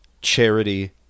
Charity